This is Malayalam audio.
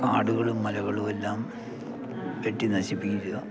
കാടുകളും മലകളുവെല്ലാം വെട്ടി നശിപ്പിക്ക്കാ